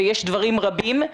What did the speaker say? ויש דברים רבים,